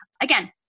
again